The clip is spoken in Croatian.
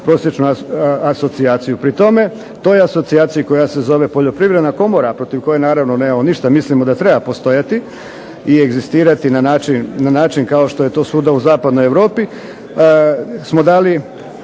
prosječnu asocijaciju. Pri tome, toj asocijaciji koja se zove Poljoprivredna komora protiv koje naravno nemamo ništa. Mislimo da treba postojati i egzistirati na način kao što je to svuda u zapadnoj Europi smo dali,